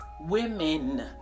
women